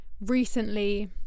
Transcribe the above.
recently